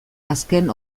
azken